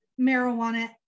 marijuana